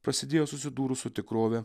prasidėjo susidūrus su tikrove